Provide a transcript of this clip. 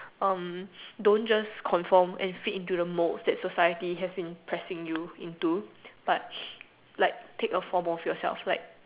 um don't just confirm and fit into the moulds that society has been pressing you into but like take a form of yourself like